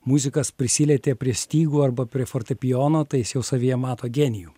muzikas prisilietė prie stygų arba prie fortepijono tai jis jau savyje mato genijų